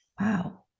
Wow